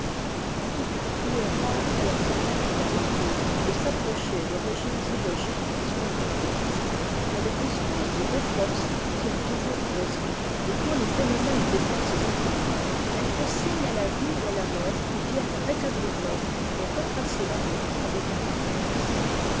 en tout cas il est rare qu'elle leur permet d'aller trop loin de s'approcher de régioi illogiques ou daugereuses elle dispose de deux forces qui ont toujours raison et quand les phénomènes dépassent certaines bornes elle fait signe à la vie ou à la mort qui viennent rétablir tordre et retracer la route avec indifférence